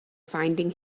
finding